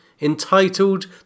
entitled